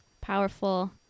powerful